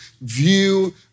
view